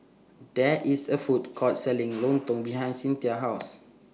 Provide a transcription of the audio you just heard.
There IS A Food Court Selling Lontong behind Cyntha's House